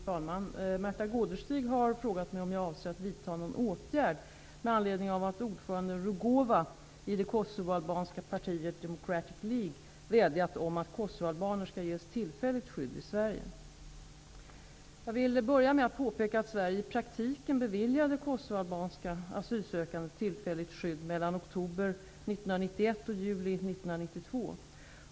Fru talman! Märtha Gårdestig har frågat mig om jag avser att vidta någon åtgärd med anledning av att ordföranden Rugova i det kosovoalbanska partiet Democratic League vädjat om att kosovoalbaner skall ges tillfälligt skydd i Sverige. Jag vill börja med att påpeka att Sverige i praktiken beviljade kosovoalbanska asylsökande tillfälligt skydd mellan oktober 1991 och juli 1992.